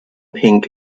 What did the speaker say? pink